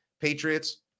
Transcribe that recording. Patriots